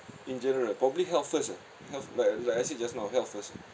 in general probably health first ah health like like I said just now health first ah